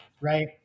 right